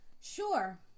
sure